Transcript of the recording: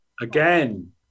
Again